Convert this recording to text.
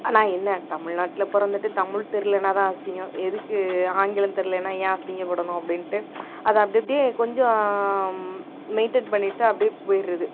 ஆனால் என்ன தமிழ்நாட்டில் பிறந்துட்டு தமிழ் தெரிலனா தான் அசிங்கம் எதுக்கு ஆங்கிலம் தெரிலேன்னா ஏன் அசிங்கப்படணும் அப்படின்ட்டு அது அப்டேயே அப்டேயே கொஞ்சம் மெயின்டென் பண்ணிட்டு அப்டேயே போயிடுறது